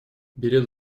билет